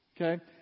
Okay